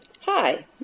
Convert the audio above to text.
Hi